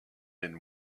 been